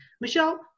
Michelle